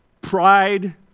pride